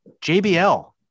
JBL